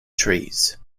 trees